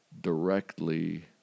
directly